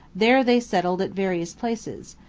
there they settled at various places,